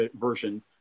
version